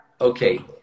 Okay